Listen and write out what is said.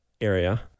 area